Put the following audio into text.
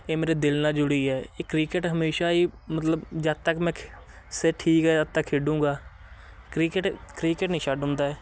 ਇਹ ਮੇਰੇ ਦਿਲ ਨਾਲ ਜੁੜੀ ਹੈ ਇਹ ਕ੍ਰਿਕੇਟ ਹਮੇਸ਼ਾਂ ਹੀ ਮਤਲਬ ਜਦ ਤੱਕ ਮੈਂ ਠੀਕ ਹੈ ਜਦ ਤੱਕ ਖੇਡੂੰਗਾ ਕ੍ਰਿਕੇਟ ਕ੍ਰਿਕੇਟ ਨਹੀਂ ਛੱਡ ਹੁੰਦਾ